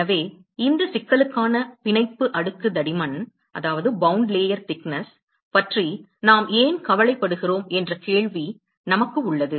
எனவே இந்த சிக்கலுக்கான பிணைப்பு அடுக்கு தடிமன் பற்றி நாம் ஏன் கவலைப்படுகிறோம் என்ற கேள்வி நமக்கு உள்ளது